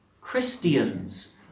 Christians